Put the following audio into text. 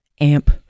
AMP